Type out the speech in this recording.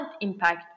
impact